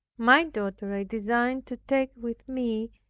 my daughter i designed to take with me,